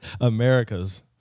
america's